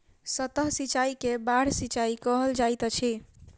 सतह सिचाई के बाढ़ सिचाई कहल जाइत अछि